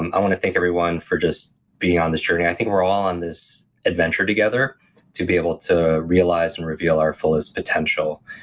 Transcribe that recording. and i want to thank everyone for just being on this journey. i think we're all on this adventure together to be able to realize and reveal our fullest potential.